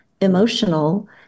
emotional